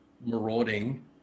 Marauding